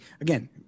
again